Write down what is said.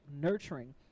nurturing